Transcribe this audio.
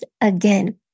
again